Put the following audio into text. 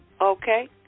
Okay